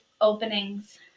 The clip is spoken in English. openings